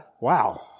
wow